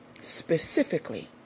specifically